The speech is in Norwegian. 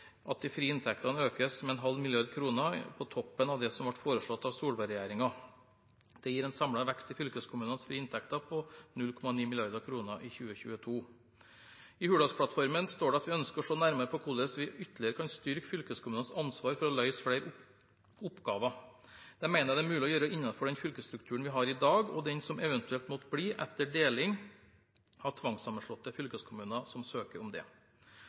at de frie inntektene økes med 0,5 mrd. kr på toppen av det som ble foreslått av Solberg-regjeringen. Det gir en samlet vekst i fylkeskommunenes frie inntekter på 0,9 mrd. kr i 2022. I Hurdalsplattformen står det at vi ønsker å se nærmere på hvordan vi ytterligere kan styrke fylkeskommunenes ansvar for å løse flere oppgaver. Det mener jeg det er mulig å gjøre innenfor den fylkesstrukturen vi har i dag, og den som eventuelt måtte bli etter deling av tvangssammenslåtte fylkeskommuner som søker om det.